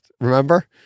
remember